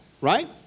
right